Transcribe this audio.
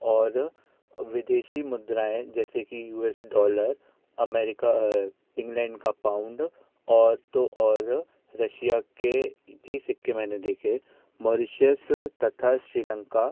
और विदेशी मुद्राऍं जैसे कि U S dollar America England का पाउंड और तो और रशिया के भी सिक्के मैंने देखे मॉरिशियस तथा श्रीलंका